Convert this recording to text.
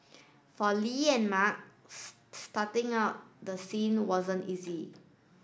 for Li and Mark starting out the scene wasn't easy